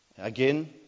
Again